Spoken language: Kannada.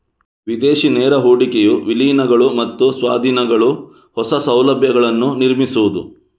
ವಿದೇಶಿ ನೇರ ಹೂಡಿಕೆಯು ವಿಲೀನಗಳು ಮತ್ತು ಸ್ವಾಧೀನಗಳು, ಹೊಸ ಸೌಲಭ್ಯಗಳನ್ನು ನಿರ್ಮಿಸುವುದು